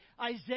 Isaiah